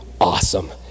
awesome